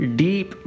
deep